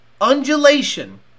undulation